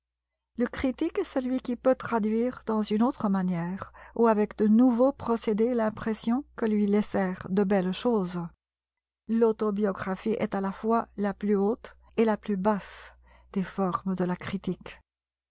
le critique est celui qui peut traduire dans une autre manière ou avec de nouveaux procédés l'impression que lui laissèrent de belles choses l'autobiographie est à la fois la plus haute et la plus basse des formes de la critique